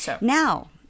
Now